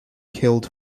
killed